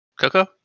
Coco